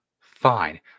fine